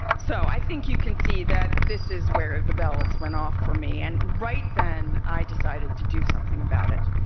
so, i think you can see that this is where the bells went off for me and right then i decided to do something about it.